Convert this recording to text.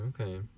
okay